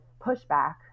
pushback